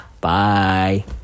Bye